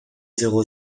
zéro